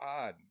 odd